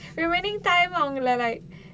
we waiting time அவங்கள:avangala like